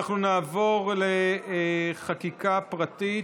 אנחנו נעבור לחקיקה פרטית,